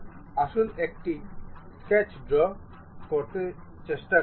আসুন একটি স্কেচ ড্রও করতে চেষ্টা করুন